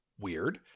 weird